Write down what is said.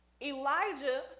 Elijah